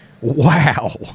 Wow